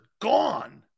gone